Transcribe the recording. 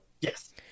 Yes